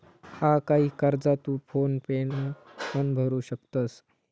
हा, काही कर्जा तू फोन पेन पण भरू शकतंस